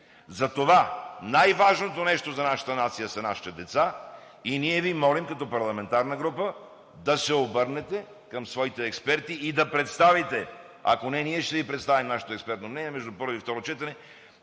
налице. Най-важното нещо за нашата нация са нашите деца и затова ние Ви молим като парламентарна група да се обърнете към своите експерти и да им представите, ако не – ние ще Ви представим нашето експертно мнение между първо и второ четене,